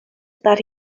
that